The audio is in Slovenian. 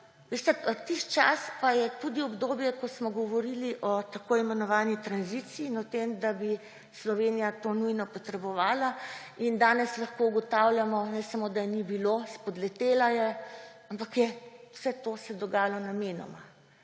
Tisti čas je pa tudi obdobje, ko smo govorili o tako imenovani tranziciji in o tem, da bi Slovenija to nujno potrebovala. Danes lahko ugotavljamo ne samo, da je ni bilo, spodletela je. Ampak vse to se je dogajalo namenoma.